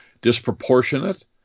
disproportionate